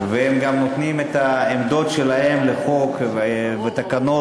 והם גם נותנים את העמדות שלהם בחוק ובתקנות,